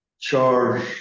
Charge